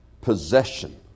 possession